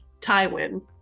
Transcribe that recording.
Tywin